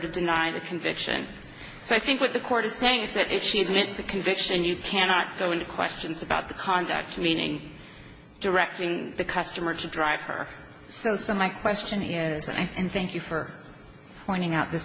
to deny the conviction so i think what the court is saying is that if she admits the conviction you cannot go into questions about the conduct meaning directing the customer to drive her so so my question is and thank you for pointing out this